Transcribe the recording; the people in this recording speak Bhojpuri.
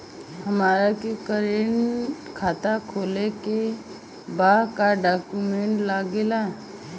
हमारा के करेंट खाता खोले के बा का डॉक्यूमेंट लागेला?